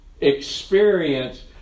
experience